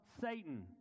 Satan